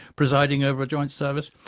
presiding over a joint service.